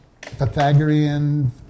Pythagorean